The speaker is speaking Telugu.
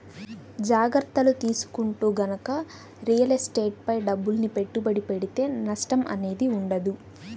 జాగర్తలు తీసుకుంటూ గనక రియల్ ఎస్టేట్ పై డబ్బుల్ని పెట్టుబడి పెడితే నష్టం అనేది ఉండదు